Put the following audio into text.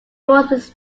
was